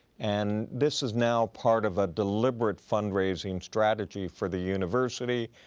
and this is now part of a deliberate fundraising strategy for the university.